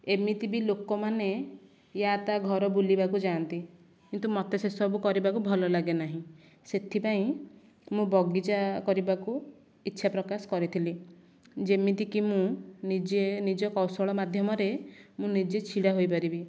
ଏମିତି ବି ଲୋକମାନେ ୟାତା ଘର ବୁଲିବାକୁ ଯାଆନ୍ତି କିନ୍ତୁ ମୋତେ ସେସବୁ କରିବାକୁ ଭଲ ଲାଗେ ନାହିଁ ସେଥିପାଇଁ ମୁଁ ବଗିଚା କରିବାକୁ ଇଚ୍ଛା ପ୍ରକାଶ କରିଥିଲି ଯେମିତି କି ମୁଁ ନିଜେ ନିଜ କୌଶଳ ମାଧ୍ୟମରେ ମୁଁ ନିଜେ ଛିଡ଼ା ହୋଇପାରିବି